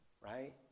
right